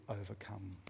overcome